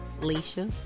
Alicia